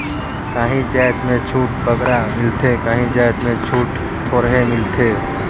काहीं जाएत में छूट बगरा मिलथे काहीं जाएत में छूट थोरहें मिलथे